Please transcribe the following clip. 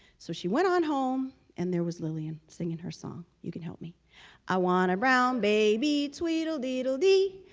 so she went on home and there was lilian singing her song you can help me i want a brown, baby tweedle deedledee.